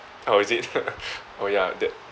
oh is it oh ya that